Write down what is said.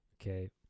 Okay